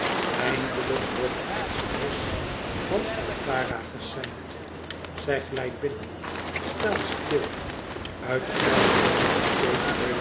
eindelijk wordt de express van altara geseind zij glijdt binnen staat stil uit den keizerlijken coupé